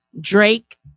Drake